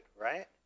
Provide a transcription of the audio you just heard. right